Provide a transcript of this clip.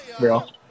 Real